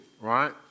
right